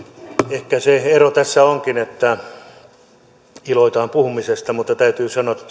ehkä se ero tässä onkin että iloitaan puhumisesta mutta täytyy sanoa että